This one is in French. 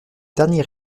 dernier